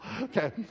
Okay